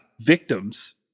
victims